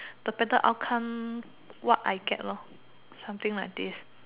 the better outcome what I get something like this